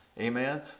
Amen